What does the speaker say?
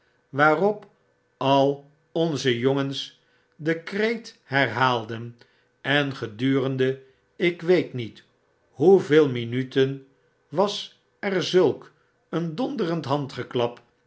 waarop al onze jongens den kreet herhaalden en gedurende ik weet niet hoeveel minuten was er zulk een donderend handgeklap